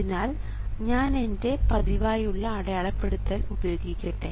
അതിനാൽ ഞാനെൻറെ പതിവായുള്ള അടയാളപ്പെടുത്തൽ ഉപയോഗിക്കട്ടെ